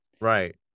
Right